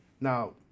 now